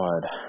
God